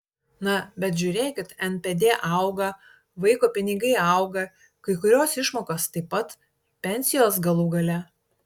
na bet žiūrėkit npd auga vaiko pinigai auga kai kurios išmokos taip pat pensijos galų gale